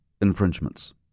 infringements